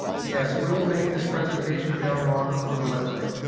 yes, we will make this presentation available on the on the website.